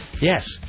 Yes